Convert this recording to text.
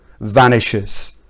vanishes